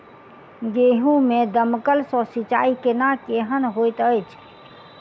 गेंहूँ मे दमकल सँ सिंचाई केनाइ केहन होइत अछि?